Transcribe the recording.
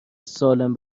سالم